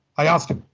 i asked him